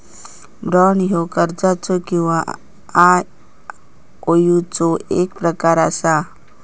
bond ह्यो कर्जाचो किंवा आयओयूचो एक प्रकार असा